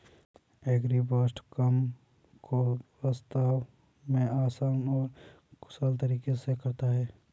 agribots काम को वास्तव में आसान और कुशल तरीके से करता है